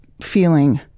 feeling